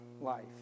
life